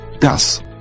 Das